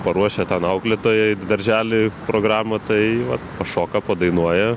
paruošia ten auklėtojai daržely programą tai vat pašoka padainuoja